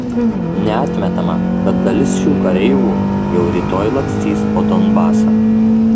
neatmetama kad dalis šių kareivų jau rytoj lakstys po donbasą